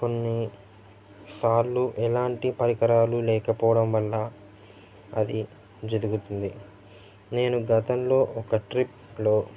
కొన్ని సార్లు ఎలాంటి పరికరాలు లేకపోవడం వల్ల అది జరుగుతుంది నేను గతంలో ఒక ట్రిప్లో